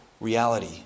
reality